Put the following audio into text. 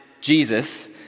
Jesus